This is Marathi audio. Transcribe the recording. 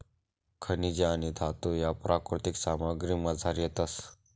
खनिजे आणि धातू ह्या प्राकृतिक सामग्रीमझार येतस